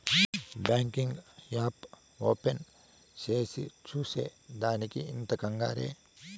banking app open చేసి చూసే దానికి ఇంత కంగారే